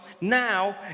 now